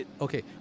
okay